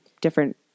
different